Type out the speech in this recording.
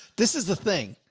this is the thing,